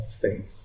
faith